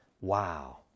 Wow